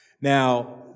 Now